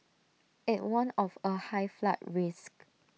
IT warned of A high flood risk